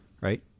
right